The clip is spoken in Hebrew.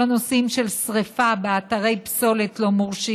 הנושאים של שרפה באתרי פסולת לא מורשים,